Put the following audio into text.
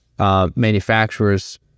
Manufacturers